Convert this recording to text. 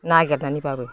नागिरनानैब्लाबो